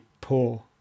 poor